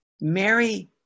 Mary